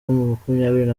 makumyabiri